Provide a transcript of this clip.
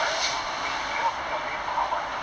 but then you you cannot bring your main phone out [what]